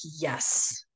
yes